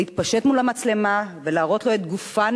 להתפשט מול המצלמה ולהראות לו את גופן,